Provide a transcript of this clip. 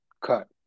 Cut